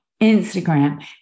Instagram